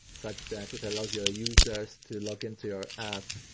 such that it allows your users to log into your app,